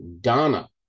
Donna